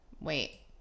Wait